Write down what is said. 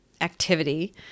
activity